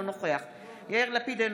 אינו נוכח יאיר לפיד,